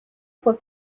fue